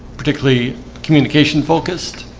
particularly communication focused